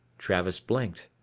travis blinked.